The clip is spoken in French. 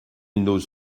n’ose